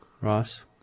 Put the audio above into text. Ross